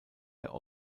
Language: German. der